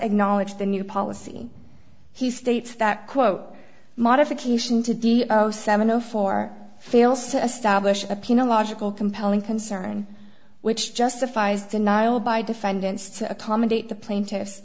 acknowledge the new policy he states that quote modification to the seven zero four fails to establish a penal logical compelling concern which justifies denial by defendants to accommodate the plaintiff